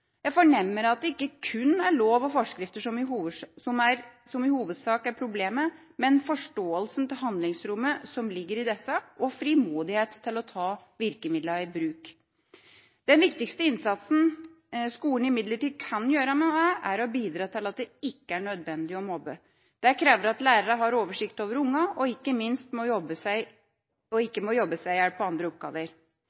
Jeg fornemmer at det ikke kun er lover og forskrifter som i hovedsak er problemet, men forståelsen av handlingsrommet som ligger i disse, og frimodighet til å ta virkemidlene i bruk. Den viktigste innsatsen skolen imidlertid kan gjøre når det gjelder dette, er å bidra til at det ikke er nødvendig å mobbe. Det krever at lærerne har oversikt over ungene og ikke minst at de ikke må jobbe seg i hjel på andre oppgaver.